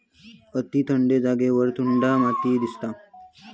अती थंड जागेवर टुंड्रा माती दिसता